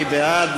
מי בעד?